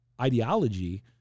ideology